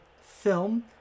film